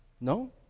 No